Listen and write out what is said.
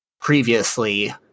previously